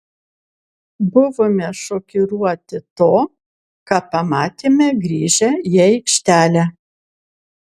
buvome šokiruoti to ką pamatėme grįžę į aikštelę